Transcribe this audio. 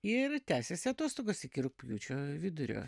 ir tęsiasi atostogos iki rugpjūčio vidurio